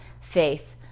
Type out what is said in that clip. faith